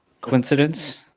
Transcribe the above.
Coincidence